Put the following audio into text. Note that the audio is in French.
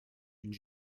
une